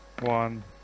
One